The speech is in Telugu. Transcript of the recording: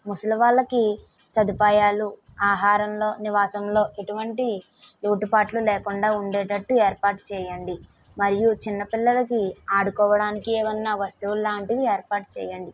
ముసలి వాళ్లకి సదుపాయాలు ఆహారంలో నివాసంలో ఎటువంటి లోటుపాటులు లేకుండా ఉండేటట్టు ఏర్పాటు చేయండి మరియు చిన్నపిల్లలకి ఆడుకోవడానికి ఏమన్నా వస్తువులు లాంటివి ఏర్పాటు చేయండి